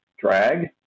drag